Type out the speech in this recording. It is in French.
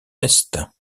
est